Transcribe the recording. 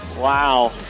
Wow